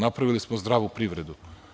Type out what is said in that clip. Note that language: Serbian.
Napravili smo zdravu privredu.